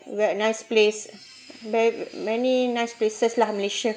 very nice place ma~ many nice places lah malaysia